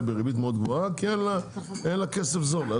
בריבית מאוד גבוהה כי אין להן כסף זול.